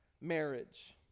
marriage